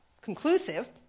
conclusive